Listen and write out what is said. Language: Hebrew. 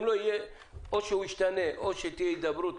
אם הוא לא ישתנה או שתהיה הידברות,